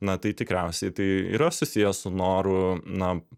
na tai tikriausiai tai yra susiję su noru na